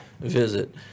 visit